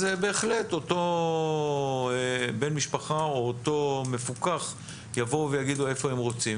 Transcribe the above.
אז בהחלט אותו בן משפחה או אותו מפוקח יבואו ויגידו איפה הם רוצים,